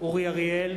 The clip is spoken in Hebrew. אורי אריאל,